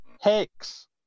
Hex